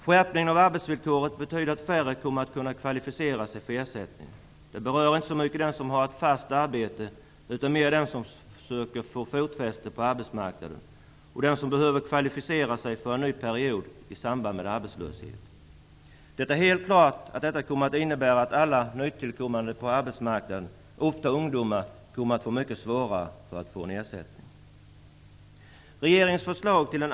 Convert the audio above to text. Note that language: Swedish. Skärpningen av arbetsvillkoret betyder att färre kommer att kunna kvalificera sig för ersättning. Det berör inte så mycket dem som har haft ett fast arbete, utan mer dem som försöker få fotfäste på arbetsmarknaden och dem som behöver kvalificera sig för en ny period i samband med arbetslöshet. Det är helt klart att detta kommer att innebära att alla nytillkommande på arbetsmarknaden, ofta ungdomar, kommer att få mycket svårare att få ersättning.